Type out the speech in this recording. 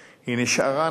היא לא נעלמה, היא נשארה.